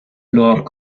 لعاب